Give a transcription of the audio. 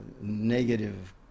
negative